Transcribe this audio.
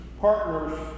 partners